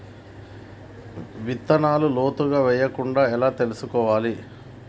విత్తనాలు లోతుగా వెయ్యకుండా ఎలా చూసుకోవాలి?